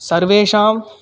सर्वेषाम्